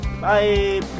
Bye